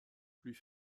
plus